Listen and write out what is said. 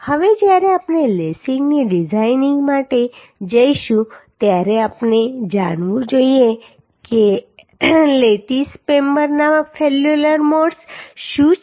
હવે જ્યારે આપણે લેસીંગની ડીઝાઈનીંગ માટે જઈશું ત્યારે આપણે જાણવું જોઈએ કે લેટીસ મેમ્બરના ફેલ્યોર મોડ્સ શું છે